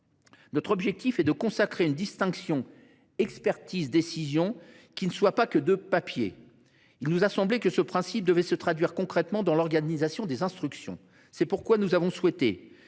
Notre objectif est de consacrer une distinction entre expertise et décision qui ne soit pas que de papier ; il nous a semblé que ce principe devait se traduire concrètement dans l’organisation des instructions. C’est pourquoi nous avons souhaité